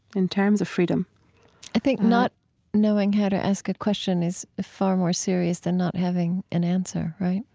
in terms of freedom i think not knowing how to ask a question is far more serious than not having an answer. right?